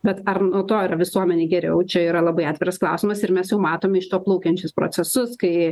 bet ar nuo to yra visuomenei geriau čia yra labai atviras klausimas ir mes jau matome iš to plaukiančius procesus kai